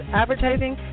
advertising